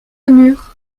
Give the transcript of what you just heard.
mur